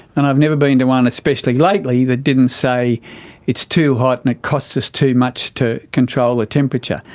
and i've never been to one, especially lately, that didn't say it's too hot and it costs us too much to control the ah temperature.